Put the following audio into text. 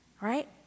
Right